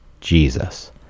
Jesus